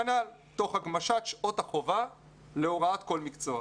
כנ"ל תוך הגמשת שעות החובה להוראת כל מקצוע.